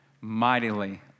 mightily